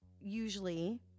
usually